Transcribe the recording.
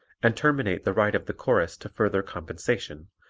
and terminate the right of the chorus to further compensation,